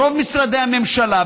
ברוב משרדי הממשלה,